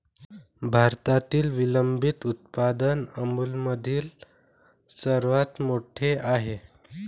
भारतातील विलंबित उत्पादन अमूलमधील सर्वात मोठे आहे